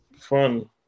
fun